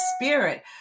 spirit